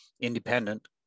independent